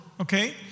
okay